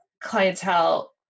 clientele